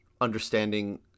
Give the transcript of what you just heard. understanding